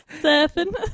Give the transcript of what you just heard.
Surfing